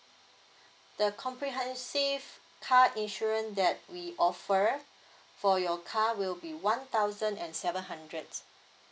the comprehensive car insurance that we offer for your car will be one thousand and seven hundred